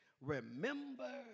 remember